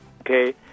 okay